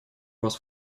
вас